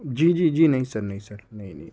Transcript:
جی جی جی نہیں سر نہیں سر نہیں نہیں نہیں